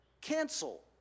cancel